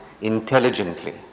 intelligently